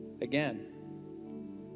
Again